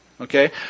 Okay